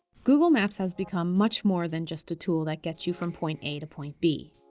google maps has become much more than just a tool that gets you from point a to point b.